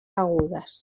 agudes